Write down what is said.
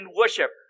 worship